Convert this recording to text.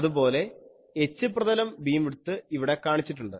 അതുപോലെ H പ്രതലം beam width ഇവിടെ കാണിച്ചിട്ടുണ്ട്